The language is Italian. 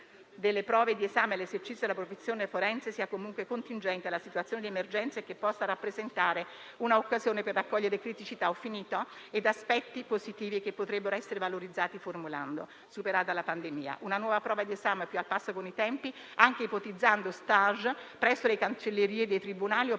delle prove di esame per l'esercizio della professione forense sia comunque contingente alla situazione di emergenza e che possa rappresentare una occasione per raccogliere criticità ed aspetti positivi che potrebbero essere valorizzati formulando, una volta superata la pandemia, una nuova prova di esame più al passo con i tempi, anche ipotizzando *stage* presso le cancellerie dei tribunali o